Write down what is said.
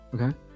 okay